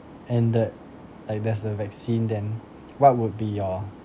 ended like there's the vaccine then what would be your